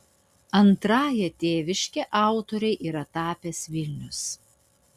antrąja tėviške autorei yra tapęs vilnius